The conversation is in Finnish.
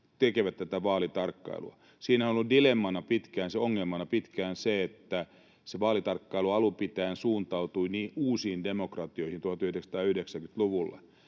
tekevät tätä vaalitarkkailua. Siinähän on ollut ongelmana pitkään, että se vaalitarkkailu alun pitäen suuntautui niin sanottuihin uusiin demokratioihin 1990-luvulla